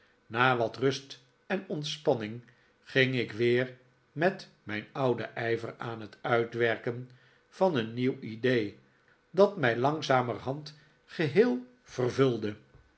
na wat rust en ontspanning ging ik weer met mijn ouden ijver aan het uitwerken van een nieuw idee dat mij langzamerhand geheel vervulde